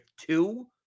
two